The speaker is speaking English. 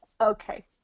okay